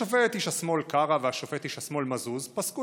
השופט איש השמאל קרא והשופט איש השמאל מזוז פסקו